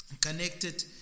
connected